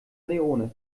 leone